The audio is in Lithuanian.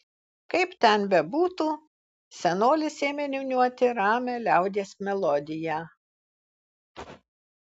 kaip ten bebūtų senolis ėmė niūniuoti ramią liaudies melodiją